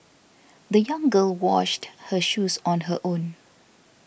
the young girl washed her shoes on her own